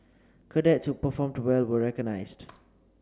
cadets who performed well were recognised